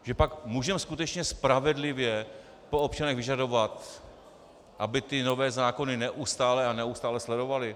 Že pak můžeme skutečně spravedlivě po občanech vyžadovat, aby ty nové zákony neustále a neustále sledovali?